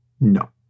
No